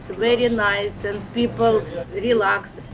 so very and nice, and people relax.